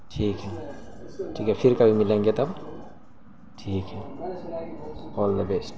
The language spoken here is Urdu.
ٹھیک ہے ٹھیک ہے پھر کبھی ملیں گے تب ٹھیک ہے آل دا بیسٹ